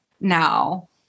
now